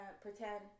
pretend